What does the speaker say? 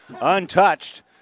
untouched